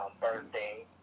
birthday